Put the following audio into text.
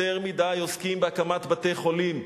יותר מדי עוסקים בהקמת בתי-חולים.